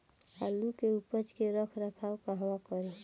आलू के उपज के रख रखाव कहवा करी?